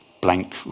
blank